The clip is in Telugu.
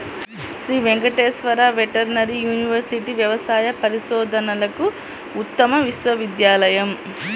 శ్రీ వెంకటేశ్వర వెటర్నరీ యూనివర్సిటీ వ్యవసాయ పరిశోధనలకు ఉత్తమ విశ్వవిద్యాలయం